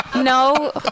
No